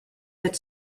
that